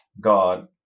God